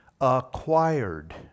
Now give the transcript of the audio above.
acquired